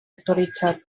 actualitzat